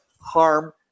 harm